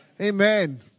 Amen